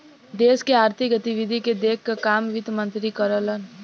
देश के आर्थिक गतिविधि के देखे क काम वित्त मंत्री करलन